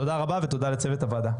תודה רבה ותודה לצוות הוועדה.